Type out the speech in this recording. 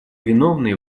виновные